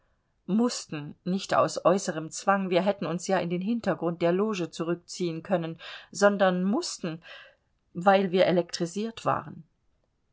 mußten nicht aus äußerem zwang wir hätten uns ja in den hintergrund der loge zurückziehen können sondern mußten weil wir elektrisiert waren